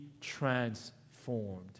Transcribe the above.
transformed